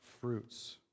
fruits